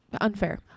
unfair